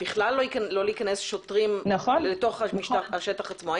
לא להיכנס שוטרים לשטח עצמו.